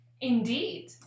Indeed